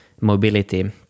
mobility